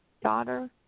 daughter